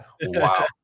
wow